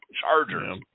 Chargers